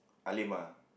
Halimah